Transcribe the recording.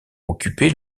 occupé